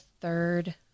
third